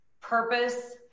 purpose